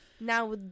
now